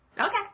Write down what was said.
Okay